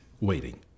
waiting